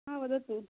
हा वदतु